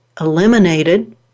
eliminated